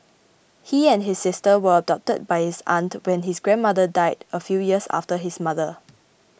he and his sister were adopted by his aunt when his grandmother died a few years after his mother